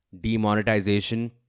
Demonetization